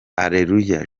areruya